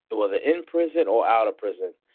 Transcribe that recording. but whether in prison or out of prison.